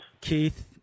keith